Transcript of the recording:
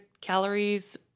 calories